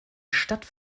stadt